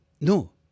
No